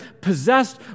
possessed